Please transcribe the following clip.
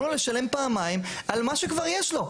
לו לשלם פעמיים על מה שכבר יש לו.